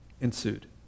ensued